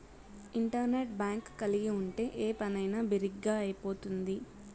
internet bank కలిగి ఉంటే ఏ పనైనా బిరిగ్గా అయిపోతుంది